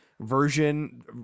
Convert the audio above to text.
version